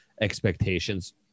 expectations